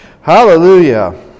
Hallelujah